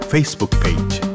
Facebook-page